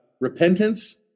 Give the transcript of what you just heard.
repentance